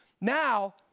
Now